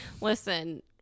Listen